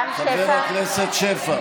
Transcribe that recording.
רם שפע,